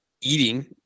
eating